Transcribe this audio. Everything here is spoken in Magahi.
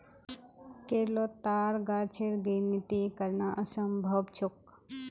केरलोत ताड़ गाछेर गिनिती करना असम्भव छोक